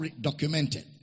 documented